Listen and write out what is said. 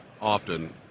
often